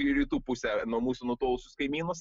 į rytų pusę nuo mūsų nutolusius kaimynus